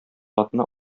атны